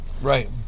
right